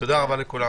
תודה רבה לכולם.